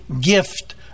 gift